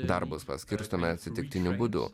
darbus paskirstome atsitiktiniu būdu